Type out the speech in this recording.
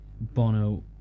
Bono